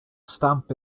stamp